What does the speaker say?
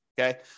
Okay